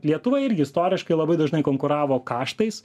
lietuva irgi istoriškai labai dažnai konkuravo kaštais